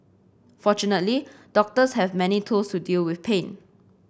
fortunately doctors have many tools to deal with pain